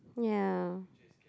yeah